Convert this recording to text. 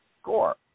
score